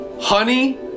Honey